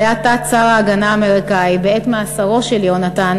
שהיה תת-שר ההגנה האמריקני בעת מאסרו של יונתן,